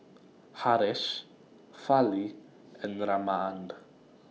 Haresh Fali and Ramanand